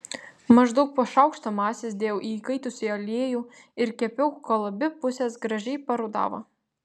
maždaug po šaukštą masės dėjau į įkaitusį aliejų ir kepiau kol abi pusės gražiai parudavo